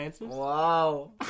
Wow